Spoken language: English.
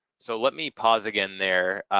so let me pause again there.